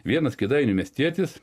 vienas kėdainių miestietis